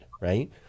right